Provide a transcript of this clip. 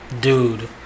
Dude